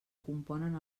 componen